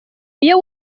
iyo